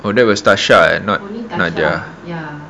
oh that was tasha eh not nadia